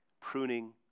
pruning